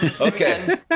Okay